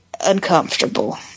uncomfortable